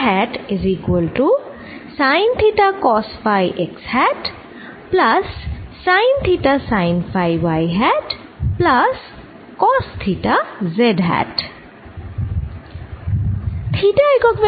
theta একক vector টি কেমন হবে